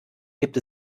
gibt